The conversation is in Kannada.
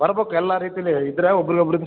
ಬರ್ಬಕು ಎಲ್ಲ ರೀತಿಲಿ ಇದ್ದರೆ ಒಬ್ರಿಗೆ ಒಬ್ಬರು